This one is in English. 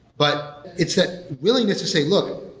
but it's that willingness to say, look,